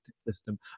system